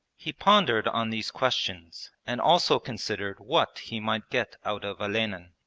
he pondered on these questions and also considered what he might get out of olenin.